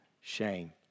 shame